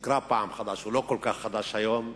שנקרא פעם "חדש", הוא לא כל כך חדש היום,